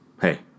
hey